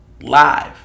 Live